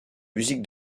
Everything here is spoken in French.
musique